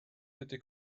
bitte